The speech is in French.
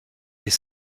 est